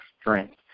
strength